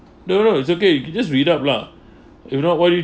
no no it's okay you can just read up lah if not why you